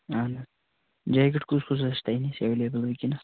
اَہن حظ جیکٹ کُس کُس حظ چھُ تۄہہِ نِش ایٚولیبٕل وٕنکٮ۪نس